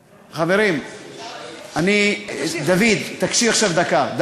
חברים, דוד, תקשיב עכשיו דקה.